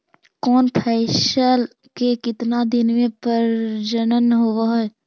कौन फैसल के कितना दिन मे परजनन होब हय?